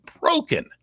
broken